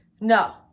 no